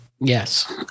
Yes